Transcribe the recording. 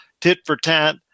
tit-for-tat